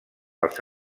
als